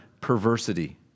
perversity